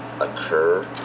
occur